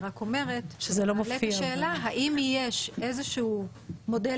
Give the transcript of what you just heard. אני רק אומרת שזה מעלה את השאלה האם יש איזשהו מודל